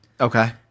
Okay